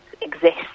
exist